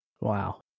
Wow